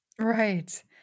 Right